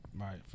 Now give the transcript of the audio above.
Right